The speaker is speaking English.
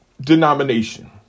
denomination